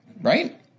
right